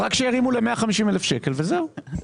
פינדרוס, רק שירימו ל-150,000 שקל וזהו.